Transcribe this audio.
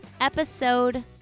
episode